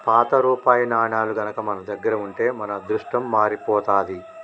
పాత రూపాయి నాణేలు గనక మన దగ్గర ఉంటే మన అదృష్టం మారిపోతాది